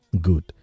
Good